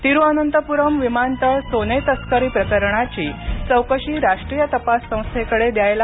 तिरूअनंतपूरम विमानतळ सोने तस्करी प्रकरणाची चौकशी राष्ट्रीय तपास संस्थेकडे द्यायला